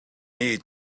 need